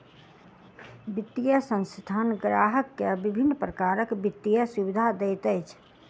वित्तीय संस्थान ग्राहक के विभिन्न प्रकारक वित्तीय सुविधा दैत अछि